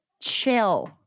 Chill